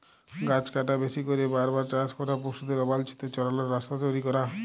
গাহাচ কাটা, বেশি ক্যইরে বার বার চাষ ক্যরা, পশুদের অবাল্ছিত চরাল, রাস্তা তৈরি ক্যরা